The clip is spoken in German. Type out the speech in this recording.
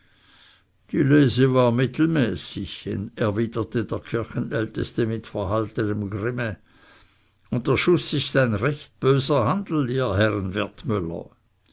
war mittelmäßig erwiderte der kirchenälteste mit verhaltenem grimme und der schuß ist ein recht böser handel ihr herren